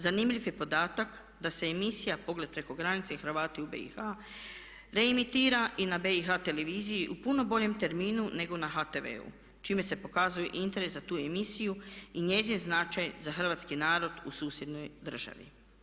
Zanimljiv je podatak da se emisija "Pogled preko granice" i "Hrvati u BiH" reimitira i na BiH televiziji u puno boljem terminu nego na HTV-u čime se pokazuje interes za tu emisiju i njezin značaj za hrvatski narod u susjednoj državi.